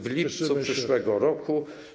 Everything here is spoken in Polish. w lipcu przyszłego roku.